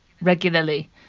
regularly